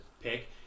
pick